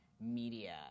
media